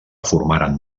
formaren